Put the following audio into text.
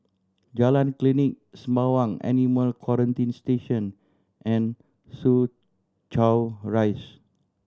Jalan Klinik Sembawang Animal Quarantine Station and Soo Chow Rise